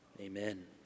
amen